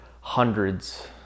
hundreds